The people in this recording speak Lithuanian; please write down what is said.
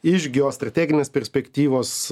iš geostrateginės perspektyvos